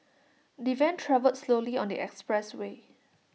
the van travelled slowly on the expressway